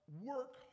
work